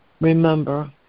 remember